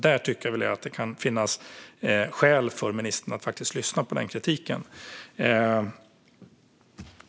Där kan det finnas skäl för ministern att lyssna på kritiken. Fru talman!